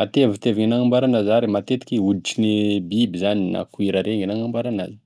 matevitevy e nagnamboaranazy, ary matetiky hoditrigne biby zany na cuire regny e nagnamboaranazy.